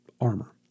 armor